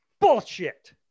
Bullshit